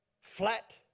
flat